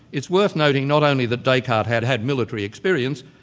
it's worth noting not only that descartes had had military experience,